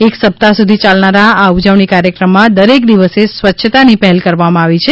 એક સપ્તાહ સુધી ચાલનારા આ ઉજવણી કાર્યક્રમમાં દરેક દિવસે સ્વચ્છતાની પહેલ કરવામાં આવી છે